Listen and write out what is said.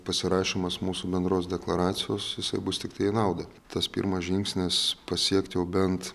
pasirašymas mūsų bendros deklaracijos jisai bus tiktai į naudą tas pirmas žingsnis pasiekt jau bent